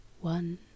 one